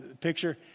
picture